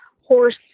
horse